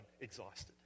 exhausted